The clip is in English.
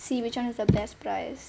see which [one] has the best price